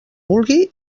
vulgui